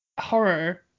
horror